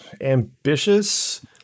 ambitious